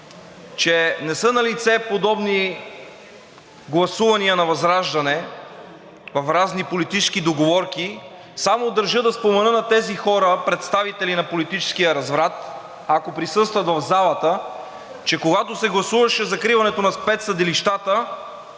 че не са налице подобни гласувания на ВЪЗРАЖДАНЕ в разни политически договорки. Само държа да спомена на тези хора, представители на политическия разврат, ако присъстват в залата, че когато се гласуваше закриването на спецсъдилищата,